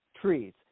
trees